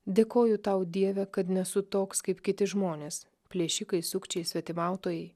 dėkoju tau dieve kad nesu toks kaip kiti žmonės plėšikai sukčiai svetimautojai